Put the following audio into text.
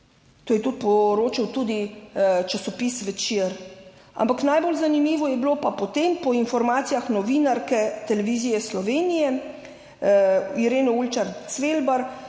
To je poročal tudi časopis Večer. Ampak najbolj zanimivo je bilo pa potem po informacijah novinarke televizije Slovenije, Irene Ulčar Cvelbar,